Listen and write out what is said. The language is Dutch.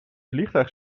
vliegtuig